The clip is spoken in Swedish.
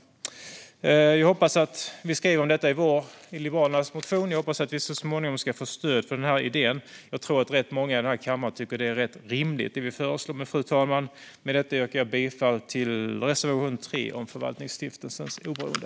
Vi skriver om detta i Liberalernas motion, och jag hoppas att vi så småningom ska få stöd för idén. Jag tror att ganska många i den här kammaren tycker att det vi föreslår är rätt rimligt. Fru talman! Med detta yrkar jag bifall till reservation 3 om Förvaltningsstiftelsens oberoende.